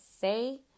say